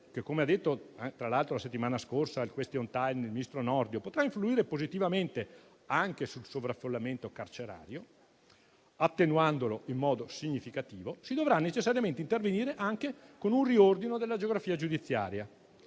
che, come ha detto tra l'altro la settimana scorsa durante il *question time* il ministro Nordio, potrà influire positivamente anche sul sovraffollamento carcerario, attenuandolo in modo significativo, si dovrà necessariamente intervenire anche con un riordino della geografia giudiziaria.